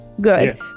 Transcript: good